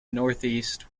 northeast